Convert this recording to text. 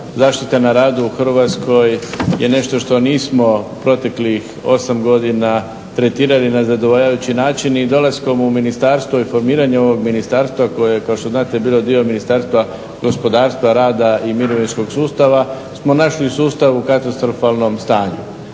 zaštita na radu u Hrvatskoj je nešto što nismo proteklih 8 godina tretirali na zadovoljavajući način i dolaskom u ministarstvo i formiranjem ovog ministarstva koje je kao što znate bilo dio Ministarstva gospodarstva, rada i mirovinskog sustava smo našli sustav u katastrofalnom stanju.